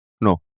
no